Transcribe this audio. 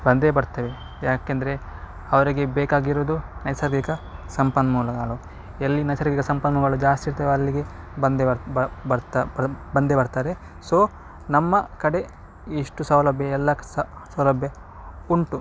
ಬಂದೇ ಬರ್ತವೆ ಯಾಕೆಂದರೆ ಅವರಿಗೆ ಬೇಕಾಗಿರೋದು ನೈಸರ್ಗಿಕ ಸಂಪನ್ಮೂಲಗಳು ಎಲ್ಲಿ ನೈಸರ್ಗಿಕ ಸಂಪನ್ಮೂಲಗಳು ಜಾಸ್ತಿ ಇರ್ತವೆ ಅಲ್ಲಿಗೆ ಬಂದೆ ಬರ ಬ ಬರ್ತಾ ಬಂದೆ ಬರ್ತಾರೆ ಸೊ ನಮ್ಮ ಕಡೆ ಇಷ್ಟು ಸೌಲಭ್ಯ ಎಲ್ಲ ಸಹ ಸೌಲಭ್ಯ ಉಂಟು